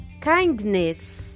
kindness